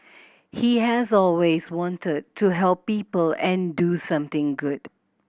he has always wanted to help people and do something good